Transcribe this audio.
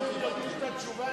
אם הוא יגיד את התשובה,